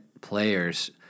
players